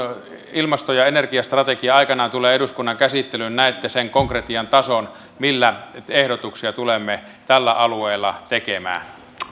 ilmasto ja energiastrategia aikanaan tulee eduskunnan käsittelyyn näette sen konkretian tason millä ehdotuksia tulemme tällä alueella tekemään